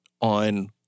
on